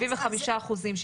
75 אחוזים,